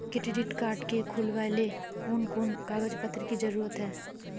Credit card के खुलावेले कोन कोन कागज पत्र की जरूरत है?